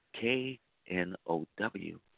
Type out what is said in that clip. K-N-O-W